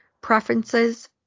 preferences